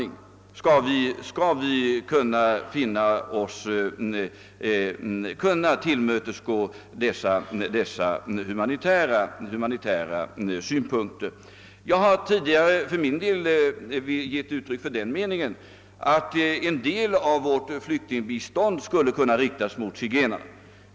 Men frågan är, som sagt, i vilken utsträckning vi skall kunna tillmötesgå de humanitära synpunkterna härvidlag. Jag har tidigare givit uttryck åt den meningen, att en del av vårt flyktingbistånd skulle kunna inriktas på zigenarna.